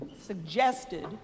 suggested